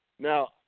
Now